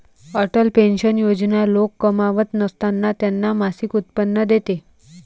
Atal pension योजना लोक कमावत नसताना त्यांना मासिक उत्पन्न देते